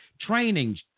training